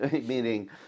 meaning